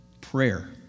Prayer